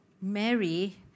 Mary